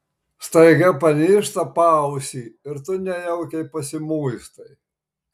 staiga panyžta paausį ir tu nejaukiai pasimuistai